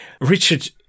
Richard